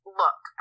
look